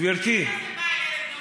מה זה ילד לא